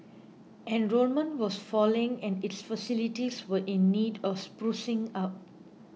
enrolment was falling and its facilities were in need of sprucing up